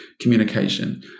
communication